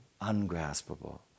ungraspable